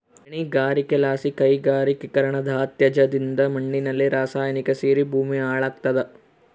ಗಣಿಗಾರಿಕೆಲಾಸಿ ಕೈಗಾರಿಕೀಕರಣದತ್ಯಾಜ್ಯದಿಂದ ಮಣ್ಣಿನಲ್ಲಿ ರಾಸಾಯನಿಕ ಸೇರಿ ಭೂಮಿ ಹಾಳಾಗ್ತಾದ